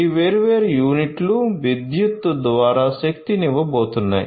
ఈ వేర్వేరు యూనిట్లు విద్యుత్ ద్వారా శక్తినివ్వబోతున్నాయి